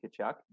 kachuk